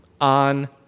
on